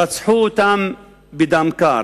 רצחו אותם בדם קר.